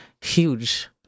huge